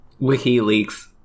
WikiLeaks